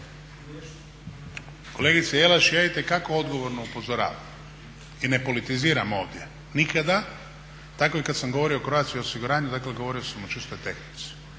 Kolegice Jelaš, ja itekako odgovorno upozoravam i ne politiziram ovdje nikada. Tako i kad sam govorio o Croatia osiguranju, dakle govorio sam o čistoj tehnici.